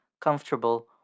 comfortable